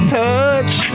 touch